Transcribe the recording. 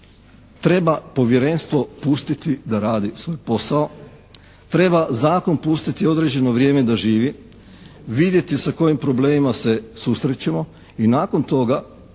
treba povjerenstvo pustiti da radi svoj posao. Treba zakon pustiti određeno vrijeme da živi. Vidjeti sa kojim problemima se susrećemo i nakon toga